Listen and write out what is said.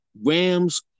Rams